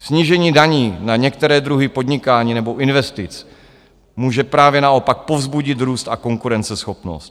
Snížení daní na některé druhy podnikání nebo investic může právě naopak povzbudit růst a konkurenceschopnost.